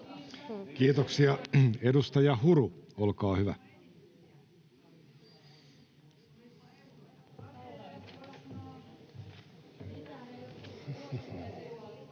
Kiitoksia. — Edustaja Huru, olkaa hyvä. [Speech